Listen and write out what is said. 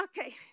Okay